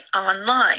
online